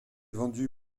vendu